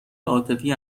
عاطفی